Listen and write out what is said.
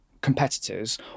competitors